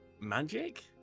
magic